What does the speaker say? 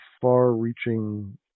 far-reaching